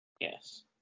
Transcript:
Yes